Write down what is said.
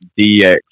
dx